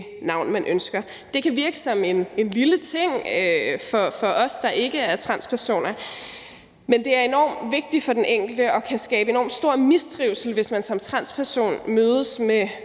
Det kan virke som en lille ting for os, der ikke er transpersoner, men det er enormt vigtigt for den enkelte og det kan skabe enormt stor mistrivsel, hvis man som transperson møder det